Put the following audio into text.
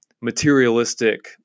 materialistic